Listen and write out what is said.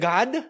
God